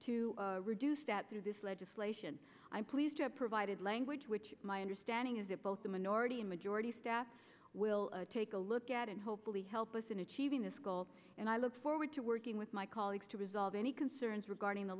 to reduce that through this legislation i'm pleased to have provided language which my understanding is that both the minority and majority staff will take a look at and hopefully help us in achieving this goal and i look forward to working with my colleagues to resolve any concerns regarding the